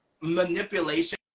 manipulation